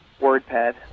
WordPad